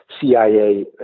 CIA